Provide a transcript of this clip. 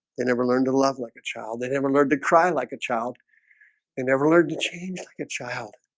they never learned to love like a child, they never learned to cry like a child they never learned to change like a child